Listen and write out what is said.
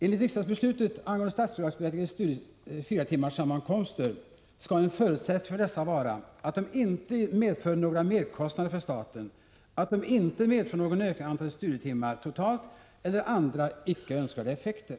Enligt riksdagsbeslutet angående statsbidragsberättigade fyratimmarssammankomster skall en förutsättning för dessa vara att de inte medför några merkostnader för staten och att de inte medför någon ökning av antalet studietimmar totalt, eller andra, icke önskvärda effekter.